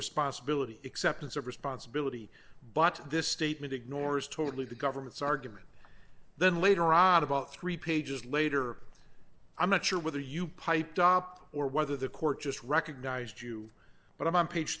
responsibility acceptance of responsibility but this statement ignores totally the government's argument then later on about three pages later i'm not sure whether you piped up or whether the court just recognised you but on page